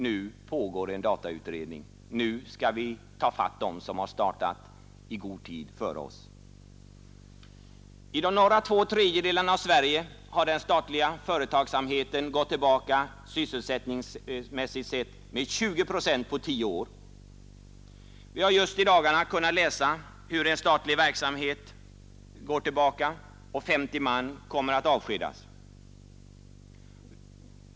Nu pågår det en datautredning, och vi skall nu komma ifatt dem som startat i god tid före oss. I de norra två tredjedelarna av Sverige har den statliga företagsverksamheten sysselsättningsmässigt gått tillbaka med 20 procent på tio år. Vi har just i dagarna kunnat läsa om hur en statlig verksamhet går tillbaka och om hur 50 man kommer att avskedas.